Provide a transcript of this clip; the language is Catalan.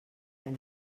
tan